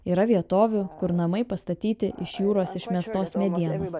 yra vietovių kur namai pastatyti iš jūros išmestos medienos